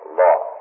law